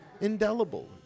indelible